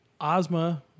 Ozma